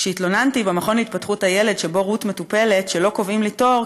כשהתלוננתי במכון להתפתחות הילד שבו רות מטופלת שלא קובעים לי תור,